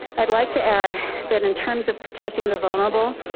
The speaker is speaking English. i'd like to add that in terms of protecting the vulnerable,